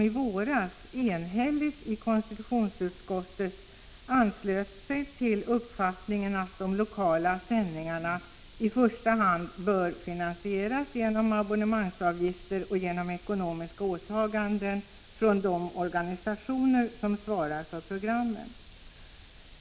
I detta betänkande anslöt man sig — så sent som i våras — enhälligt till uppfattningen att de lokala sändningarna i första hand bör finansieras genom abonnemangsavgifter och genom ekonomiska åtaganden från de organisationer som svarar för programmen.